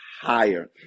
higher